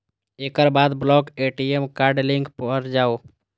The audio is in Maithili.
एकर बाद ब्लॉक ए.टी.एम कार्ड लिंक पर जाउ